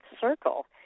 circle